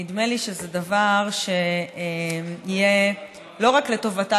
נדמה לי שזה דבר שיהיה לא רק לטובתה